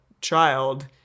child